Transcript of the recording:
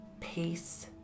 peace